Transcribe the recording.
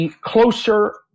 closer